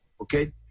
okay